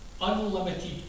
unlimited